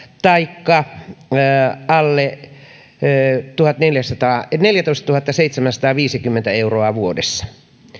taikka palkkatulo alle neljätoistatuhattaseitsemänsataaviisikymmentä euroa vuodessa